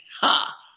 Ha